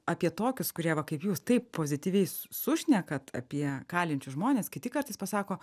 apie tokius kurie va kaip jūs taip pozityviai su sušnekat apie kalinčius žmones kiti kartais pasako